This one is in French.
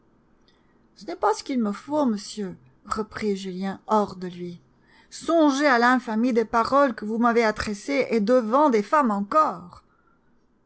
ce n'est pas ce qu'il me faut monsieur reprit julien hors de lui songez à l'infamie des paroles que vous m'avez adressées et devant des femmes encore